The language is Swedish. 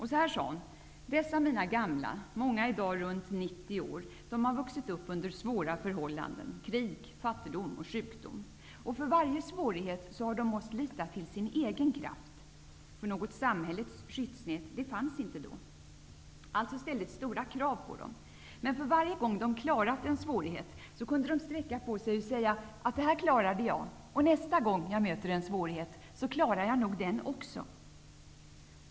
Hon sade: Dessa mina gamla, många i dag runt 90 år, har vuxit upp under svåra förhållanden -- krig, fattigdom och sjukdom. För varje svårighet har de måst lita till sin egen kraft. Något samhäl lets skyddsnät fanns inte då. Alltså ställdes det stora krav på dem. Men för varje gång de klarat av en svårighet kunde de sträcka på sig och säga: Detta klarade jag. Och nästa gång jag möter en svårighet klarar jag nog den också.